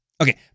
Okay